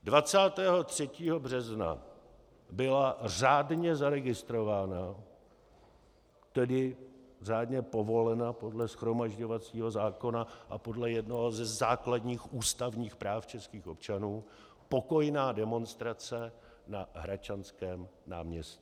23. března byla řádně zaregistrována, tedy řádně povolena podle shromažďovacího zákona a podle jednoho ze základních ústavních práv českých občanů, pokojná demonstrace na Hradčanském náměstí.